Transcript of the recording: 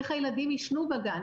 איך הילדים ישנו בגן,